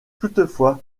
toutefois